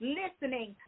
listening